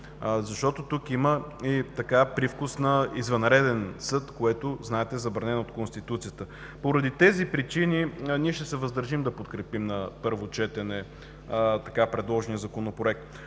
защото тук има привкус на извънреден съд, което, знаете, е забранено от Конституцията. Поради тези причини ние ще се въздържим да подкрепим на първо четене така предложения Законопроект.